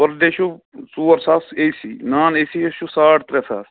پٔر day چھُو ژور ساس A C non A C یس چھُو ساڑ ترٛےٚ ساس